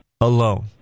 alone